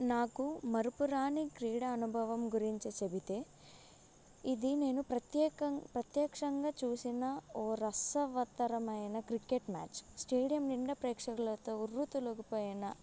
నాకు మరుపురాని క్రీడా అనుభవం గురించి చెప్తే ఇది నేను ప్రత్యేకం ప్రత్యక్షంగా చూసిన ఒక రసవత్తరమైన క్రికెట్ మ్యాచ్ స్టేడియం నిండా ప్రేక్షకులతో ఉర్రూతలూగిపోయిన